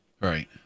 Right